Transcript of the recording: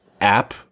app